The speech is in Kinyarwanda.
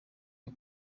cyo